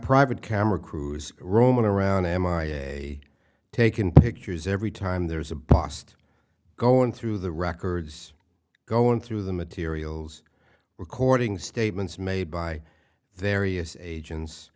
private camera crews roaming around m i a taken pictures every time there's a bust going through the records going through the materials recording statements made by various agents